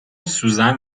سوزن